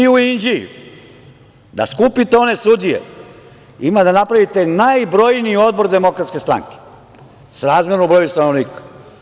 U Inđiji da skupite one sudije, ima da napravite najbrojniji odbor DS srazmerno broju stanovnika.